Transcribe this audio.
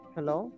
Hello